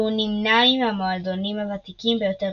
והוא נמנה עם המועדונים הוותיקים ביותר